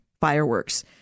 fireworks